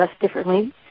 differently